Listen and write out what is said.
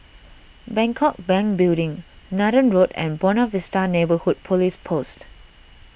Bangkok Bank Building Nathan Road and Buona Vista Neighbourhood Police Post